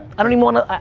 i don't even want to,